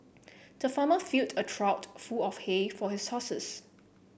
the farmer filled a trough full of hay for his horses